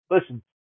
Listen